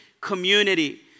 community